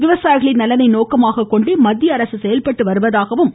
விவசாயிகளின் நலனை நோக்கமாகக் கொண்டே மத்தியஅரசு செயல்பட்டு வருவதாகவும் திரு